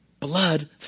blood